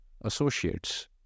associates